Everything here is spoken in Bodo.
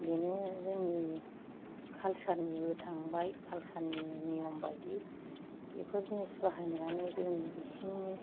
बेनो जोंनि कलचारनिबो थांबाय कलचारनि नियम बायदि बेफोर जिनिस बाहायनायानो जोंनि इसिंनि